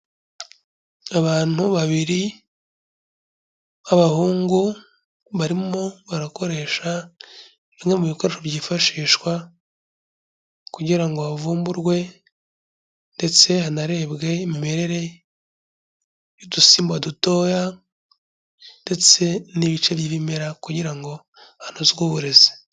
Abantu babiri b'abahungu barimo barakoresha bimwe mu bikoresho byifashishwa kugira ngo havumburwe ndetse hanarebwe imimerere y'udusimba dutoya ndetse n'ibice by'ibimera kugira ngo hanozwe uburezi.